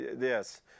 yes